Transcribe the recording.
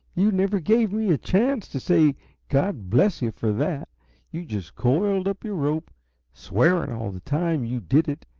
you never gave me a chance to say god bless you for that you just coiled up your rope swearing all the time you did it,